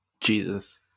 Jesus